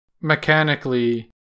Mechanically